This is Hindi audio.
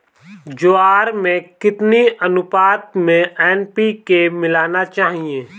ज्वार में कितनी अनुपात में एन.पी.के मिलाना चाहिए?